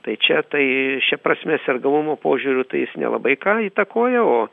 tai čia tai šia prasme sergamumo požiūriu tai jis nelabai ką įtakoja o